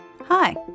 Hi